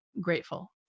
grateful